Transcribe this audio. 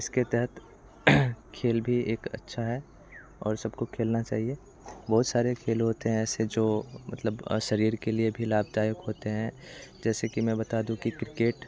इसके तहत खेल भी एक अच्छा है और सबको खेलना चाहिए बहुत सारे खेल होते हैं ऐसे जो मतलब शरीर के लिए भी लाभदायक होते हैं जैसे कि मैं बता दूँ कि क्रिकेट